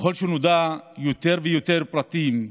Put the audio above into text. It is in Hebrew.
ככל שנודעו יותר ויותר פרטים,